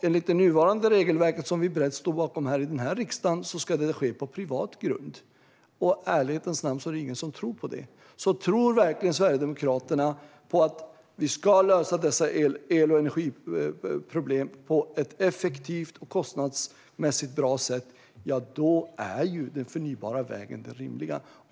Enligt det nuvarande regelverket, som vi brett står bakom i riksdagen, ska det ske på privat grund. I ärlighetens namn är det ingen som tror på det. Tror verkligen Sverigedemokraterna på att vi ska lösa dessa el och energiproblem på ett effektivt och kostnadsmässigt bra sätt är den förnybara vägen den rimliga.